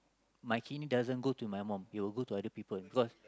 my kidney doesn't go to my mum it will go to other people because